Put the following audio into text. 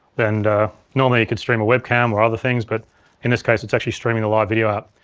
and normally it could stream a webcam or other things but in this case it's actually streaming a live video out.